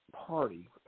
party